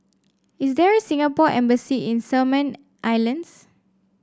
is there a Singapore Embassy in Solomon Islands